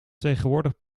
tegenwoordig